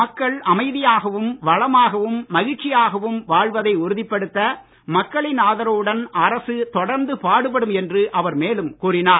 மக்கள் அமைதியாகவும் வளமாகவும் மகிழ்ச்சியாகவும் வாழ்வதை உறுதிப்படுத்த மக்களின் ஆதரவுடன் அரசு தொடர்ந்து பாடுபடும் என்று அவர் மேலும் கூறினார்